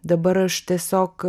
dabar aš tiesiog